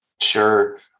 Sure